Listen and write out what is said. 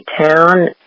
Town